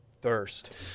Thirst